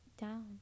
down